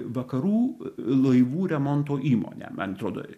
vakarų laivų remonto įmonę man atrodo